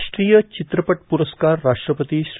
राष्ट्रीय चित्रपट पुरस्कार राष्ट्रपती श्री